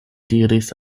diris